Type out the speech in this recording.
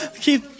Keep